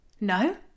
no